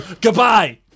Goodbye